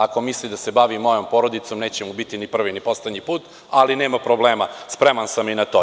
Ako misli da se bavi mojom porodicom, neće mu biti ni prvi ni poslednji put, ali nema problema, spreman sam i na to.